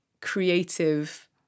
creative